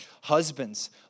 Husbands